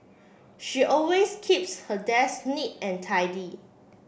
she always keeps her desk neat and tidy